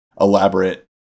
elaborate